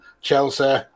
Chelsea